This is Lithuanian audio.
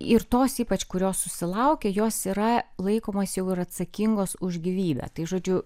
ir tos ypač kurios susilaukė jos yra laikomos jau ir atsakingos už gyvybę tai žodžiu